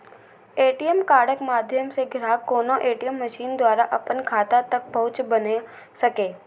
ATM कार्डक माध्यम सं ग्राहक कोनो ए.टी.एम मशीन द्वारा अपन खाता तक पहुंच बना सकैए